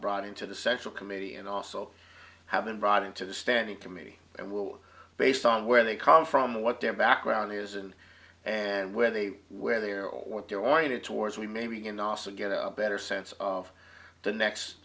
brought into the central committee and also have been brought into the standing committee and will based on where they come from what their background is and and where they where they are or what their oriented towards we may be and also get a better sense of the next